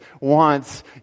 wants